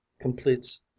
completes